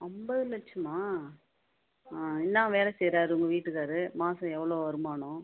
ஐம்பது லட்சமா ஆ என்ன வேலை செய்கிறாரு உங்கள் வீட்டுக்காரர் மாதம் எவ்வளோ வருமானம்